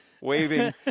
waving